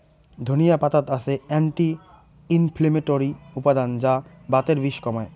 ধনিয়া পাতাত আছে অ্যান্টি ইনফ্লেমেটরি উপাদান যা বাতের বিষ কমায়